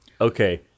Okay